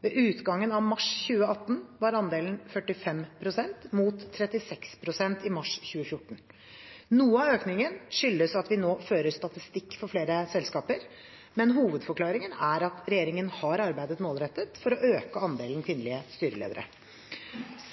Ved utgangen av mars 2018 var andelen 45 pst., mot 36 pst. i mars 2014. Noe av økningen skyldes at vi nå fører statistikk over flere selskaper, men hovedforklaringen er at regjeringen har arbeidet målrettet for å øke andelen kvinnelige styreledere.